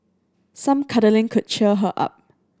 some cuddling could cheer her up